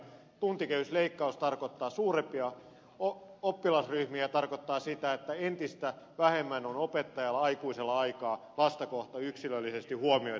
tuntikehysleikkaus tarkoittaa suurempia oppilasryhmiä tarkoittaa sitä että entistä vähemmän on opettajalla aikuisella aikaa lasta kohta yksilöllisesti huomioida